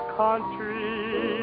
country